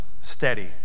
steady